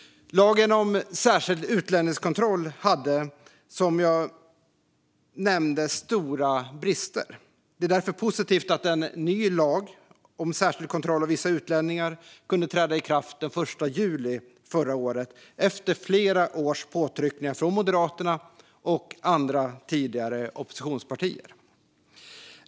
Lagen om särskild utlänningskontroll hade som sagt stora brister. Det var därför positivt att en ny lag om särskild kontroll av vissa utlänningar kunde träda i kraft den 1 juli förra året, efter flera års påtryckningar från Moderaterna och andra tidigare oppositionspartier.